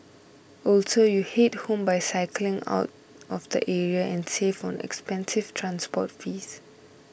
also you head home by cycling out of the area and save on expensive transport fees